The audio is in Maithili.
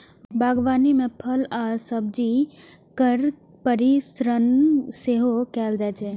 बागवानी मे फल आ सब्जी केर परीरक्षण सेहो कैल जाइ छै